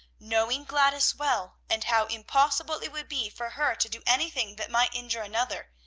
knowing gladys well, and how impossible it would be for her to do anything that might injure another,